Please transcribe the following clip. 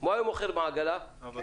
היה מוכר אבטיחים.